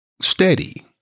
steady